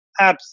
apps